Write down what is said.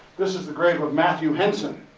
this is the grave of matthew henson.